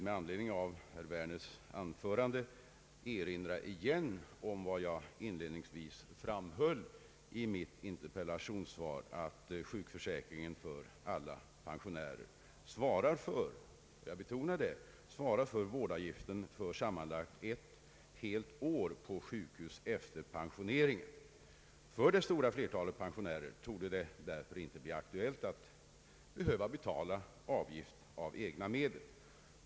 Med anledning av herr Werners anförande vill jag emellertid återigen betona vad jag inledningsvis framhöll i mitt interpellationssvar, nämligen att sjukförsäkringen för alla pensionärer svarar för vårdavgiften under sam manlagt ett helt år på sjukhus efter pensioneringen. För det stora flertalet pensionärer torde det därför inte bli aktuellt att behöva betala avgift av egna medel.